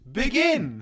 begin